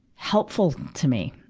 helpful to me.